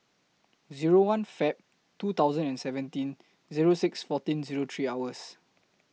Zero one Feb twenty and seventeen Zero six fourteen Zero three hours